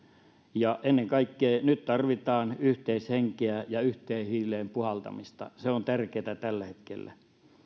ennen kaikkea nyt tarvitaan yhteishenkeä ja yhteen hiileen puhaltamista se on tärkeätä tällä hetkellä